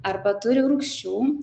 arba turi rūgščių